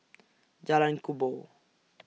Jalan Kubor